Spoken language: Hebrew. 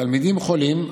תלמידים חולים,